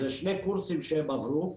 זה שני קורסים שהם עברו.